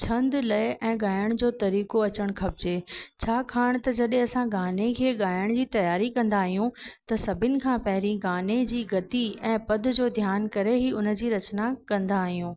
छंद लय ऐं ॻाइण जो तरीक़ो अचणु खपिजे छाकाणि त जॾहिं असां गाने खे ॻाइण जी तयारी कंदा आहियूं त सभिनि खां पहिरीं गाने जी गति ऐं पध जो ध्यानु करे ई उन जी रचिना कंदा आहियूं